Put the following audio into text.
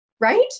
Right